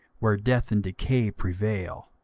where death and decay prevail.